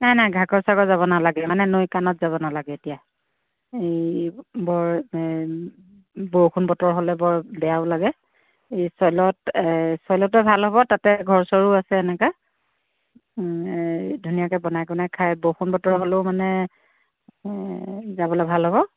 নাই নাই ঘাগৰ চাগৰ যাব নালাগে মানে নৈ কাণত যাব নালাগে এতিয়া হেৰি বৰ বৰষুণ বতৰ হ'লে বৰ বেয়াও লাগে এই চইলত চইলতে ভাল হ'ব তাতে আছে ঘৰ চৰো আছে এনেকৈ এই ধুনীয়াকৈ বনাই কোনাই খাই বৰষুণ বতৰ হ'লেও মানে যাবলৈ ভাল হ'ব